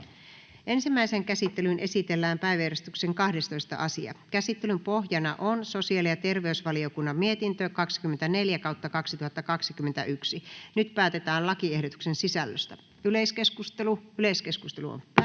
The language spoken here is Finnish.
Ensimmäiseen käsittelyyn esitellään päiväjärjestyksen 14. asia. Käsittelyn pohjana on sivistysvaliokunnan mietintö SiVM 9/2021 vp. Nyt päätetään lakiehdotuksen sisällöstä. — Yleiskeskustelu,